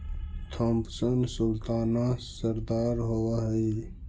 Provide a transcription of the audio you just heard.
Thompson sultana रसदार होब हई